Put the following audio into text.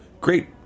great